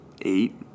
eight